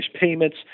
payments